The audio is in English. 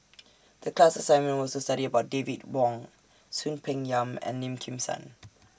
The class assignment was to study about David Wong Soon Peng Yam and Lim Kim San